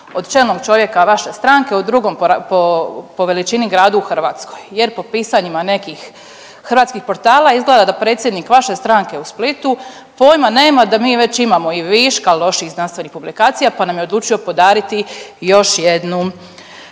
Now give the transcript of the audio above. od čelnog čovjeka vaše stranke u drugom po veličini gradu u Hrvatskoj jer po pisanjima nekih hrvatskih portala izgleda da predsjednik vaše stranke u Splitu pojma nema da mi već imamo i viška loših znanstvenih publikacija, pa nam je odlučio podariti još jednu.